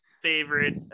favorite